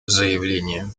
заявление